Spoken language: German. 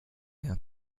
mehr